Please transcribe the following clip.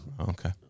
Okay